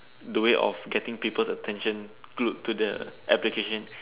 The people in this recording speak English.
the way of getting people's attention glued to the application